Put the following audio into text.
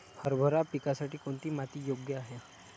हरभरा पिकासाठी कोणती माती योग्य आहे?